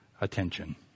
attention